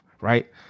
Right